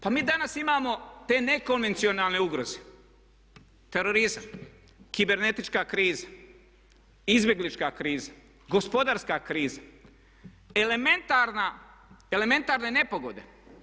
Pa mi danas imamo te nekonvencionalne ugroze, terorizam, kibernetička kriza, izbjeglička kriza, gospodarska kriza, elementarne nepogode.